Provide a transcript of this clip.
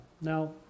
Now